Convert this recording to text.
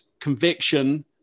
conviction